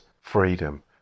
freedom